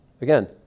Again